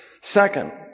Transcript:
Second